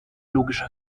logische